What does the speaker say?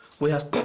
we asked.